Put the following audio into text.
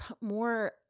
more